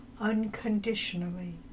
unconditionally